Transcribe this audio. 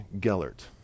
Gellert